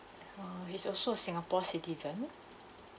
uh he's also singapore citizen